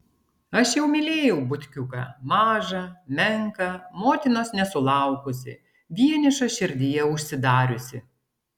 aš jau mylėjau butkiuką mažą menką motinos nesulaukusį vienišą širdyje užsidariusį